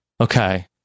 Okay